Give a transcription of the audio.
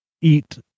eat